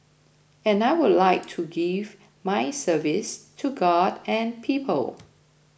and I would like to give my service to god and people